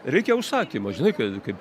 reikia užsakymo žinai kad kaip